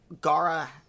gara